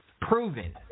Proven